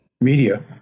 media